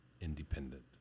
independent